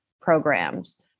programs